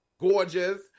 Gorgeous